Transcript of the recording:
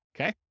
Okay